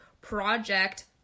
Project